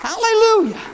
Hallelujah